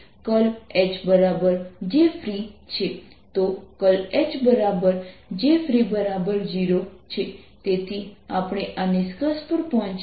તેથી જો હું r R નું મૂલ્ય મૂકી શકું તેથી dϕdzr2R2 2rRcosϕ z z2 છે